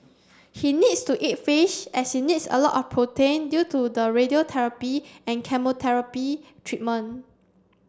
he needs to eat fish as he needs a lot of protein due to the radiotherapy chemotherapy treatment